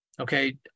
Okay